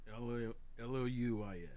L-O-U-I-S